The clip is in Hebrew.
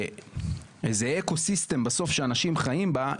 כאיזה "אקוסיסטם" בסוף שאנשים חיים בה,